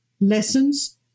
lessons